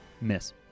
Miss